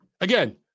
again